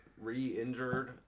re-injured